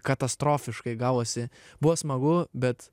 katastrofiškai gavosi buvo smagu bet